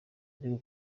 ariko